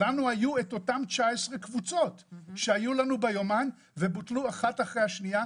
לנו בוטלו 19 קבוצות שהיו ביומן ובוטלו אחת אחרי השנייה,